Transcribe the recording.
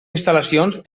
instal·lacions